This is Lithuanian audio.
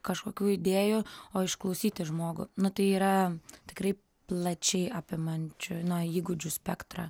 kažkokių idėjų o išklausyti žmogų nu tai yra tikrai plačiai apimančių na įgūdžių spektrą